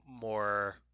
more